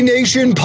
Nation